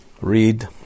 read